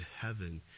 heaven